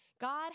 God